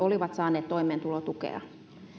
olivat saaneet toimeentulotukea